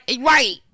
Right